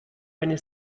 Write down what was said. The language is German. eine